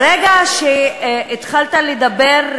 ברגע שהתחלת לדבר,